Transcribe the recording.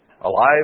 alive